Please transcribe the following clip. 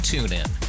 TuneIn